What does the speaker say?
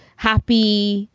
happy,